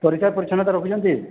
ପରିଷ୍କାର ପରିଚ୍ଛନ୍ନତା ରଖୁଛନ୍ତି